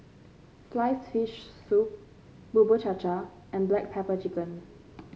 sliced fish soup Bubur Cha Cha and Black Pepper Chicken